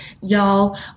Y'all